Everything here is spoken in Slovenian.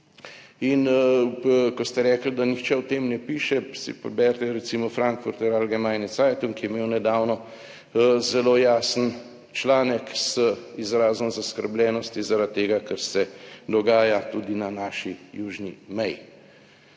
in ko ste rekli, da nihče o tem ne piše, si preberite recimo Frankfurter Algemeine Zeitung, ki je imel nedavno zelo jasen članek z izrazom zaskrbljenosti zaradi tega kar se dogaja tudi na naši južni meji.